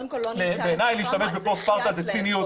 בעיניי להשתמש בפוסט טראומה זאת ציניות.